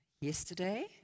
yesterday